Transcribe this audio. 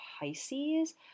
Pisces